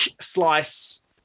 slice